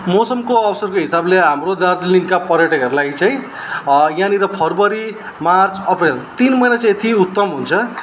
मौसमको अवसरको हिसाबले हाम्रो दार्जिलिङका पर्यटकहरलाई चाहिँ यहाँनिर फरवरी मार्च अप्रेल तिन महिना चाहिँ यति उत्तम हुन्छ